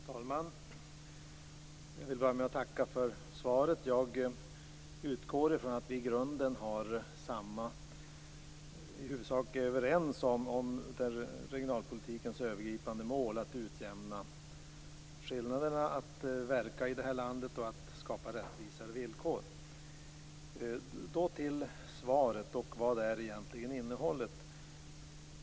Herr talman! Jag vill börja med att tacka för svaret. Jag utgår från att vi i grunden i huvudsak är överens om regionalpolitikens övergripande mål - att utjämna skillnaderna när det gäller att verka i det här landet och att skapa rättvisare villkor. Jag går så över till svaret och vad det egentligen innehåller.